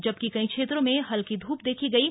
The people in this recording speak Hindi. जबकि कई क्षेत्रों में हल्की धूप देखी गयी